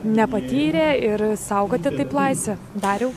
nepatyrė ir saugoti taip laisvę dariau